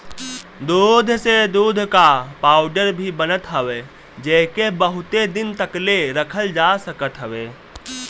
दूध से दूध कअ पाउडर भी बनत हवे जेके बहुते दिन तकले रखल जा सकत हवे